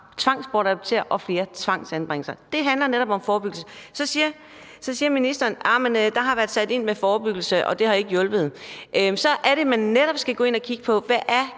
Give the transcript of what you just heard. tvangsbortadoptere og lave flere tvangsanbringelser. Det handler netop om forebyggelse. Så siger ministeren: Jamen der har været sat ind med forebyggelse, og det har ikke hjulpet. Så er det, man netop skal gå ind at kigge på, hvad